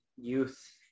youth